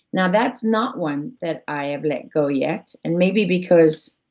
now, that's not one that i have let go yet, and maybe because